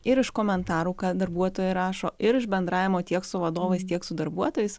ir iš komentarų ką darbuotojai rašo ir iš bendravimo tiek su vadovais tiek su darbuotojais